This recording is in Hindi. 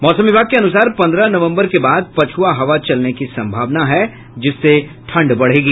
मौसम विभाग के अनुसार पन्द्रह नवम्बर के बाद पछुआ हवा चलने की सम्भावना है जिससे ठंड बढ़ेगी